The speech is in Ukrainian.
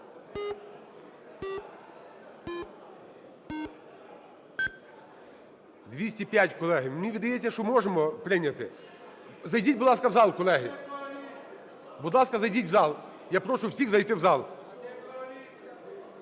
За-205 205, колеги. Мені видається, що можемо прийняти. Зайдіть, будь ласка, в зал, колеги. Будь ласка, зайдіть в зал, я прошу всіх зайти в зал.